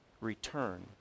return